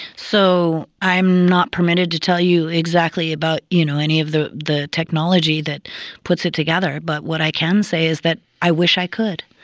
so i'm not permitted to tell you exactly about you know any of the the technology that puts it together but what i can say is that i wish i could.